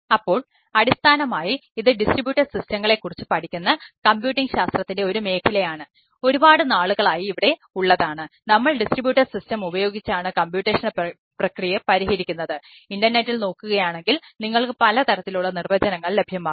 അപ്പോൾ അടിസ്ഥാനമായി ഇത് ഡിസ്ട്രിബ്യൂട്ടഡ് സിസ്റ്റങ്ങളെ നോക്കുകയാണെങ്കിൽ നിങ്ങൾക്ക് പലതരത്തിലുള്ള നിർവചനങ്ങൾ ലഭ്യമാകും